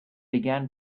began